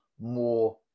more